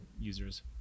users